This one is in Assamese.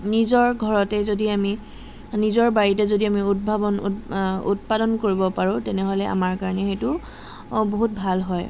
নিজৰ ঘৰতে যদি আমি নিজৰ বাৰীতে যদি আমি উদ্ভাৱন উৎ উৎপাদন কৰিব পাৰোঁ তেনেহ'লে আমাৰ কাৰণে সেইটো বহুত ভাল হয়